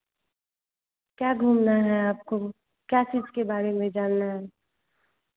क्या घूमना है आपको क्या चीज़ के बारे में जानना है